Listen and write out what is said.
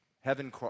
Heaven